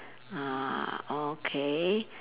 uh okay